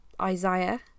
isaiah